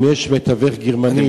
אם יש מתווך גרמני,